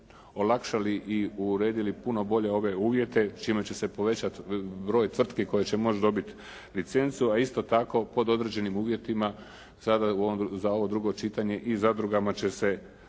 olakšali i uredili puno bolje ove uvjete čime će se povećati broj tvrtki koje će moći dobiti licencu, a isto tako pod određenim uvjetima sada u ovom, za ovo drugo čitanje i zadrugama će se